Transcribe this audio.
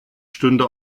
stünde